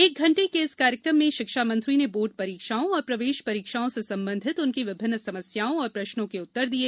एक घंटे के इस कार्यक्रम में शिक्षा मंत्री ने बोर्ड परीक्षाओं और प्रवेश परीक्षाओं से संबंधित उनकी विभिन्न समस्याओं और प्रश्नों के उत्तर दिए